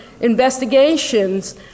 investigations